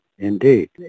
Indeed